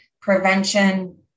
prevention